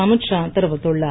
அமித்ஷா தெரிவித்துள்ளார்